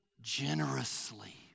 generously